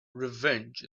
revenge